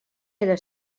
era